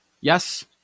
Yes